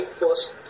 first